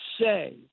say